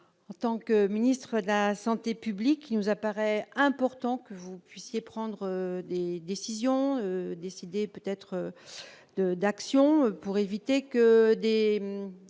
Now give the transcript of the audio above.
en tant que ministre de la santé publique, il nous apparaît important que vous puissiez prendre des décisions, organiser des actions, pour éviter que des